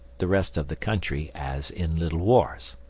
the rest of the country as in little wars.